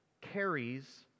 carries